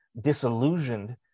disillusioned